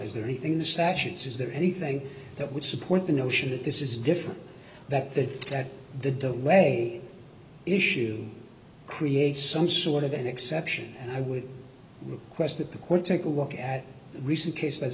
is there anything in the statutes is there anything that would support the notion that this is different that that that the doorway issue creates some sort of an exception and i would request that the court take a walk at the recent case th